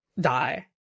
die